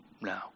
No